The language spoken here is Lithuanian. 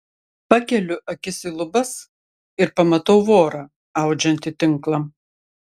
pakeliu akis į lubas ir pamatau vorą audžiantį tinklą